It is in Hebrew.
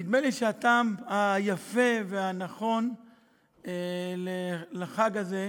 נדמה לי שזה הטעם היפה והנכון לחג הזה: